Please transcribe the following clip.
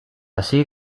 así